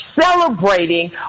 celebrating